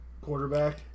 quarterback